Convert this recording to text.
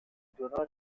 donna